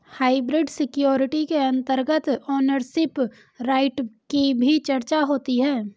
hybrid security के अंतर्गत ownership right की भी चर्चा होती है